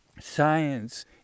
Science